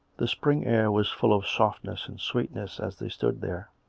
the spring air was full of softness and sweetness as they stood there.